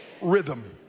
rhythm